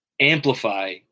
amplify